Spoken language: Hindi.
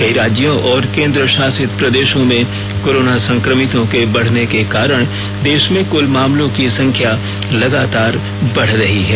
कई राज्यों और केंद्रशासित प्रदेशों में कोरोना संक्रमितों के बढने के कारण देश में कुल मामलों की संख्या लगातार बढ रही है